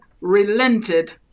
relented